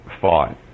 fought